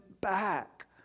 back